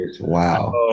Wow